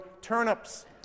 turnips